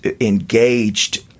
engaged